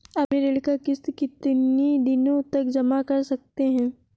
अपनी ऋण का किश्त कितनी दिनों तक जमा कर सकते हैं?